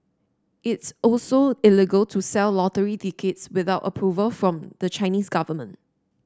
it's also illegal to sell lottery tickets without approval from the Chinese government